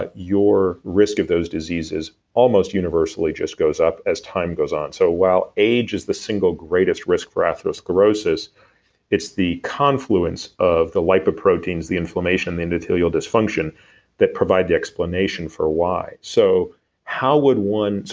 your risk of those diseases almost universally just goes up as time goes on. so while age is the single greatest risk for atherosclerosis it's the confluence of the lipoproteins, the inflammation, the endothelial dysfunction that provide the explanation for why so how would one. so